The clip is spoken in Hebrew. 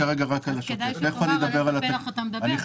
כדאי שתאמר על איזה פלח אתה מדבר.